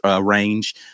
range